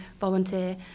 volunteer